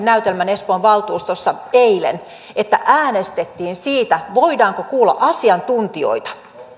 näytelmän espoon valtuustossa eilen että äänestettiin siitä voidaanko kuulla asiantuntijoita